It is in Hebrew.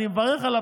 אני מברך עליו,